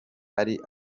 ari